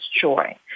joy